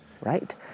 right